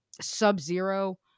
sub-zero